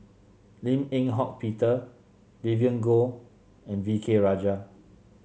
Lim Eng Hock Peter Vivien Goh and V K Rajah